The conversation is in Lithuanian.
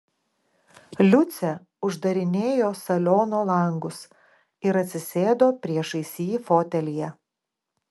liucė uždarinėjo saliono langus ir atsisėdo priešais jį fotelyje